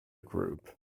group